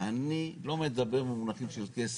אני לא מדבר במונחים של כסף.